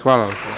Hvala.